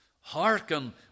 Hearken